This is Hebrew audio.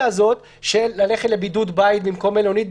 הזאת של ללכת לבידוד בית במקום מלונית,